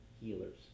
Healers